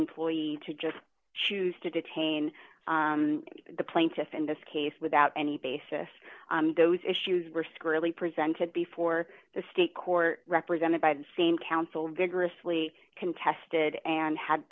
employee to just choose to detain the plaintiff in this case without any basis those issues risk really presented before the state court represented by the same counsel vigorously contested and had